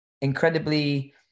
incredibly